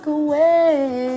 away